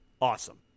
Awesome